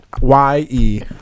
Y-E